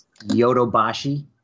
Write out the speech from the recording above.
Yodobashi